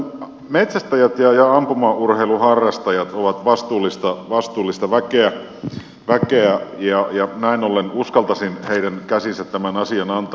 metsästäjät ja ampumaurheilun harrastajat ovat vastuullista väkeä ja näin ollen uskaltaisin heidän käsiinsä tämän asian antaa